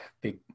big